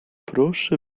proszę